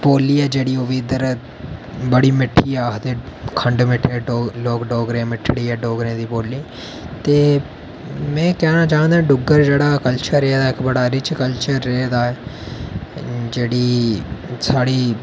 बोल्ली ऐ जेह्ड़ी इद्धर आखदे बड़ी मिट्ठी ऐ इद्धर खंड मिट्ठे लोक डोगरे मिट्ठड़ी ऐ डोगरें दी बोली ते में कहना चाह्न्नां कि डुग्गर जेह्ड़ा कल्चर ऐ बड़ा इक्क रिच कल्चर रेह दा ऐ जेह्ड़ी साढ़ी